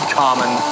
common